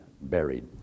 buried